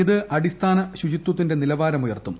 ഇത് അടിസ്ഥാന ശുചിത്വത്തിന്റെ നിലവാരമുയർത്തും